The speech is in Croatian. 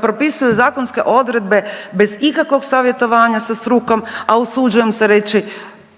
propisuju zakonske odredbe bez ikakvog savjetovanja sa strukom, a usuđuje se reći